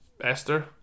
Esther